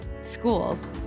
schools